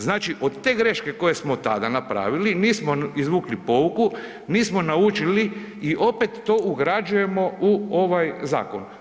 Znači, od te greške koju smo tada napravili, nismo izvukli pouku, nismo naučili i opet ugrađujemo u ovaj zakon.